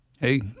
Hey